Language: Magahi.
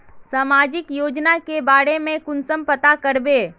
सामाजिक योजना के बारे में कुंसम पता करबे?